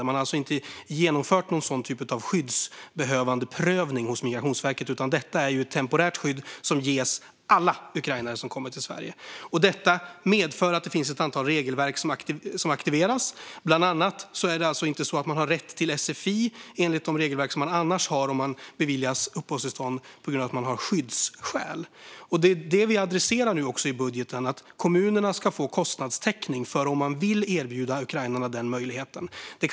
Det har alltså inte genomförts någon typ av prövning av deras skyddsbehov hos Migrationsverket, utan det är ett temporärt skydd som ges alla ukrainare som kommer till Sverige. Detta medför att det finns ett antal regelverk som aktiveras. Bland annat har ukrainarna alltså inte rätt till sfi enligt de regelverk som annars finns när uppehållstillstånd beviljas på grund av att man har skyddsskäl. Vi adresserar nu i budgeten att kommunerna ska få kostnadstäckning om de vill erbjuda ukrainarna möjlighet till sfi.